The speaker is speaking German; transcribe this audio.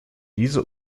diese